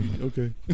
okay